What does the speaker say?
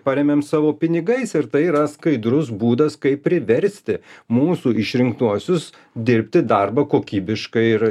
paremiam savo pinigais ir tai yra skaidrus būdas kaip priversti mūsų išrinktuosius dirbti darbą kokybiškai ir